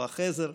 כוח עזר,